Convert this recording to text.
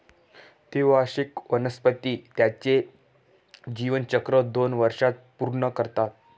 द्विवार्षिक वनस्पती त्यांचे जीवनचक्र दोन वर्षांत पूर्ण करतात